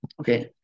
Okay